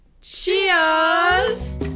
cheers